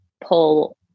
pull